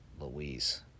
Louise